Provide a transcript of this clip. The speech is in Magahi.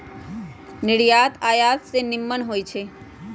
निर्यात आयात से निम्मन होइ छइ